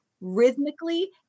rhythmically